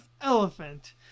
elephant